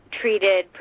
treated